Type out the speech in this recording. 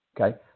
okay